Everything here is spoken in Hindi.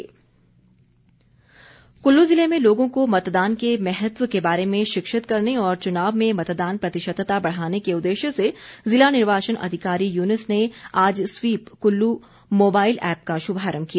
मोबाइल ऐप कुल्लू जिले में लोगों को मतदान के महत्व के बारे में शिक्षित करने और चुनाव में मतदान प्रतिशतता बढ़ाने के उद्देश्य से जिला निर्वाचन अधिकारी युनूस ने आज स्वीप कुल्लू मोबाइल ऐप का शुभारंभ किया